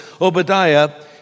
Obadiah